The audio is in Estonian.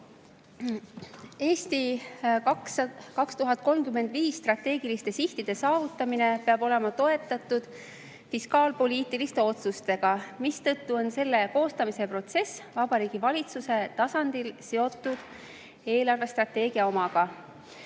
"Eesti 2035" strateegiliste sihtide saavutamine peab olema toetatud fiskaalpoliitiliste otsustega, mistõttu on selle koostamise protsess Vabariigi Valitsuse tasandil seotud eelarvestrateegia omaga.